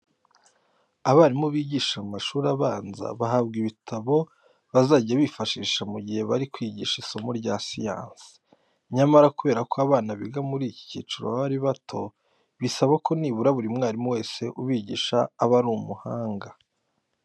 Abarimu bigisha mu mashuri abanza bahabwa ibitabo bazajya bifashisha mu gihe bari kwigisha isomo rya siyansi. Nyamara kubera ko abana biga muri iki cyiciro baba ari bato, bisaba ko nibura buri mwarimu wese ubigisha aba ari umuhanga.